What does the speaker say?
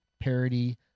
parody